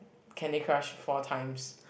Candy Crush four times